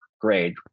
great